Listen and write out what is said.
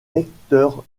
lecteurs